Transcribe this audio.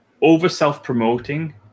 over-self-promoting